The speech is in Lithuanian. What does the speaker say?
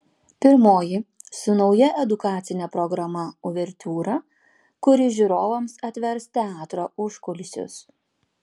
pirmoji su nauja edukacine programa uvertiūra kuri žiūrovams atvers teatro užkulisius